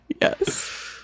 yes